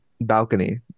balcony